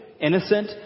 innocent